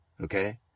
okay